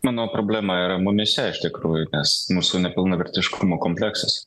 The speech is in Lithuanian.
manau problema yra mumyse iš tikrųjų nes mūsų nepilnavertiškumo kompleksas